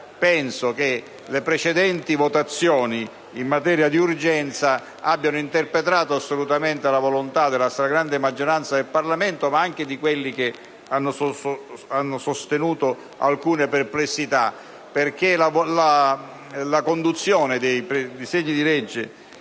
penso che le precedenti votazioni in materia di urgenza abbiano interpretato assolutamente la volontà della stragrande maggioranza del Parlamento, ma anche di coloro che hanno manifestato alcune perplessità, perché la trattazione dei disegni di legge